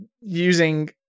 using